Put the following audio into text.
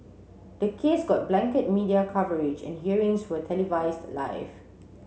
the case got blanket media coverage and hearings were televised live